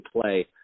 play